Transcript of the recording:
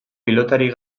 pilotari